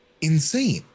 insane